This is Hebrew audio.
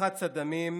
מרחץ דמים,